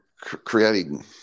creating